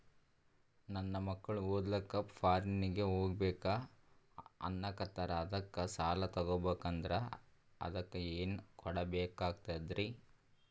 ನನ್ನ ಮಕ್ಕಳು ಓದ್ಲಕ್ಕ ಫಾರಿನ್ನಿಗೆ ಹೋಗ್ಬಕ ಅನ್ನಕತ್ತರ, ಅದಕ್ಕ ಸಾಲ ತೊಗೊಬಕಂದ್ರ ಅದಕ್ಕ ಏನ್ ಕೊಡಬೇಕಾಗ್ತದ್ರಿ?